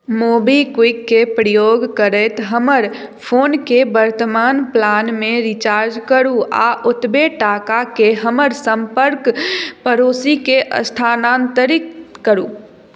मोबीक्विककेँ प्रयोग करैत हमर फोनके वर्तमान प्लानमे रिचार्ज करू आ ओतबे टाकाकेँ हमर सम्पर्क पड़ोसीकेँ स्थानांतरित करू